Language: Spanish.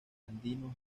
andinos